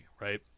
right